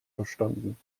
verstanden